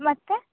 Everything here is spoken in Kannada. ಮತ್ತೆ